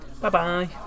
Bye-bye